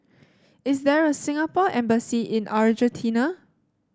is there a Singapore Embassy in Argentina